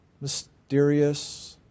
mysterious